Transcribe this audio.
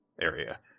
area